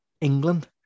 England